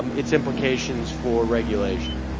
um its implications for regulation